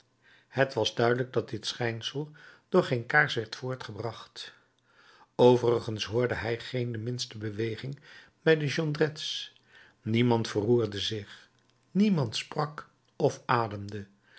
het was duidelijk dat dit schijnsel door geen kaars werd voortgebracht overigens hoorde hij geen de minste beweging bij de jondrettes niemand verroerde zich niemand sprak of ademde